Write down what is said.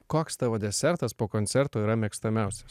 koks tavo desertas po koncerto yra mėgstamiausias